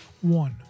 one